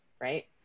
right